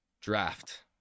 draft